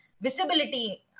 visibility